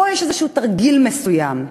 פה יש תרגיל מסוים.